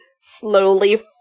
slowly